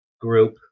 group